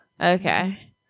Okay